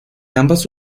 ambas